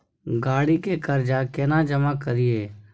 गाड़ी के कर्जा केना जमा करिए?